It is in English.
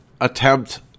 attempt